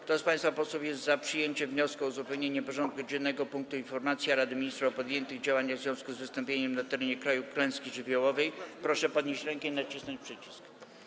Kto z państwa posłów jest za przyjęciem wniosku o uzupełnienie porządku dziennego o punkt: Informacja Rady Ministrów o podjętych działaniach w związku z wystąpieniem na terenie kraju klęski żywiołowej, w postaci suszy, proszę podnieść rękę i nacisnąć przycisk.